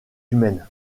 humaine